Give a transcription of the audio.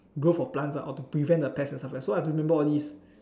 growth of plants or to prevent the pest or something so I have to remember all these